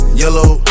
yellow